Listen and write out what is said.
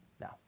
Now